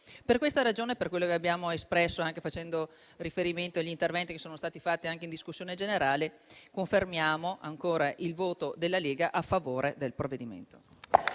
Per questa ragione, per quello che abbiamo espresso, anche facendo riferimento agli interventi che sono stati svolti in discussione generale, confermiamo ancora il voto della Lega a favore del provvedimento.